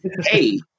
hey